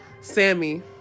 Sammy